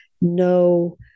no